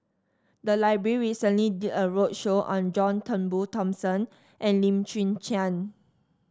the library recently did a roadshow on John Turnbull Thomson and Lim Chwee Chian